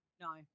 no